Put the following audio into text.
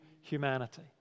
humanity